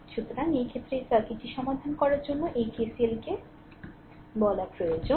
সুতরাং এই ক্ষেত্রে এই সার্কিটটি সমাধান করার জন্য এই KCLকে কী বলা প্রয়োজন